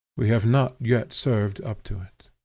we have not yet served up to it.